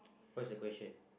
what is the question